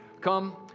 Come